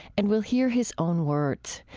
and we'll hear his own words.